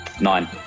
Nine